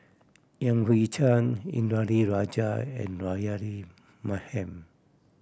Yan Hui Chang Indranee Rajah and Rahayu Mahzam